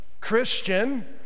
Christian